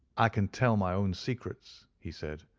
i can tell my own secrets, he said,